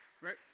Right